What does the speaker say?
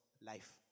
Life